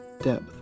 depth